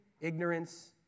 ignorance